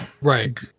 right